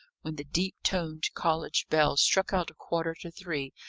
when the deep-toned college bell struck out a quarter to three,